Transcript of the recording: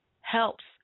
helps